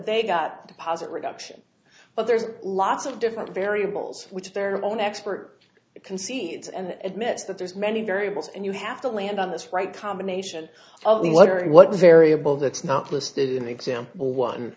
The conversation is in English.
they got deposit reduction but there's lots of different variables which their own expert concedes and admits that there's many variables and you have to land on this right combination of the letter and what variable that's not listed in example one